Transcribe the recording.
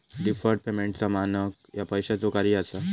deferred पेमेंटचो मानक ह्या पैशाचो कार्य असा